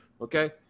Okay